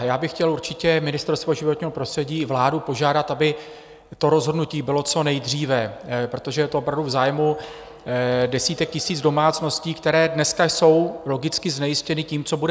Já bych chtěl určitě Ministerstvo životního prostředí i vládu požádat, aby to rozhodnutí bylo co nejdříve, protože je to opravdu v zájmu desítek tisíc domácností, které dneska jsou logicky znejistěny tím, co bude.